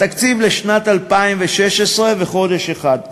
התקציב הוא לשנת 2016 וחודש אחד,